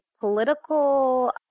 political